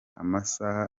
amasaha